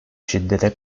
şiddete